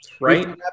Right